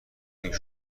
اینکه